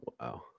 Wow